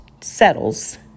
settles